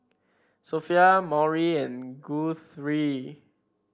Sophia Maury and Guthrie